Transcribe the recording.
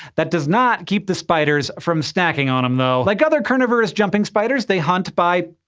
that does not keep the spiders from snacking on them, though. like other carnivorous jumping spiders, they hunt by.